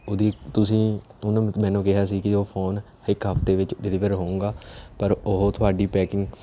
ਉਹਦੀ ਤੁਸੀਂ ਉਹਨੂੰ ਮੈਨੂੰ ਕਿਹਾ ਸੀ ਕਿ ਉਹ ਫੋਨ ਇੱਕ ਹਫ਼ਤੇ ਵਿੱਚ ਡਿਲੀਵਰ ਹੋਵੇਗਾ ਪਰ ਉਹ ਤੁਹਾਡੀ ਪੈਕਿੰਗ